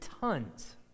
tons